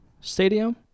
Stadium